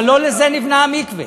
אבל לא לזה נבנה המקווה.